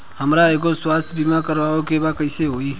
हमरा एगो स्वास्थ्य बीमा करवाए के बा कइसे होई?